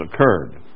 occurred